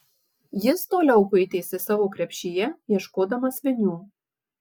jis toliau kuitėsi savo krepšyje ieškodamas vinių